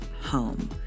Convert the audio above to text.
home